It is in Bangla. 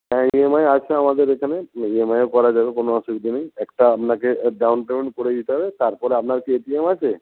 হ্যাঁ ইএমআই আছে আমাদের এখানে ইএমআইয়েও করা যাবে কোনো অসুবিধে নেই একটা আপনাকে ডাউন পেমেন্ট করে দিতে হবে তারপর আপনার কি এটিএম আছে